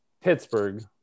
Pittsburgh